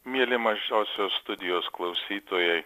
mieli mažosios studijos klausytojai